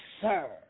sir